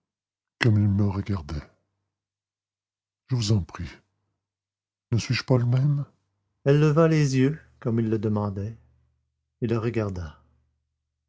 comme ils me regardaient je vous en prie ne suis-je plus le même elle leva les yeux comme il le demandait et le regarda